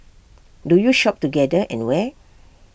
do you shop together and where